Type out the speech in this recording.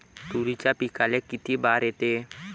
तुरीच्या पिकाले किती बार येते?